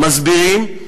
מסבירים,